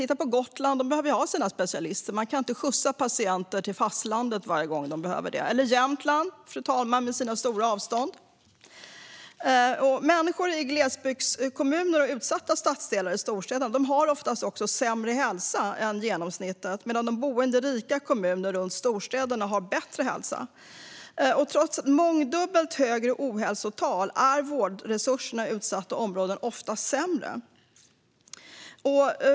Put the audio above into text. Titta på Gotland - de behöver ha sina specialister! Man kan inte skjutsa patienter till fastlandet varje gång man behöver det på plats. Eller se på Jämtland, fru talman, med sina stora avstånd! Människor i glesbygdskommuner och i utsatta stadsdelar i storstäderna har oftast sämre hälsa än genomsnittet, medan de boende i rika kommuner runt storstäderna har bättre hälsa. Trots mångdubbelt högre ohälsotal är vårdresurserna i utsatta områden ofta sämre.